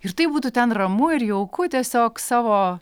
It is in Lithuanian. ir taip būtų ten ramu ir jauku tiesiog savo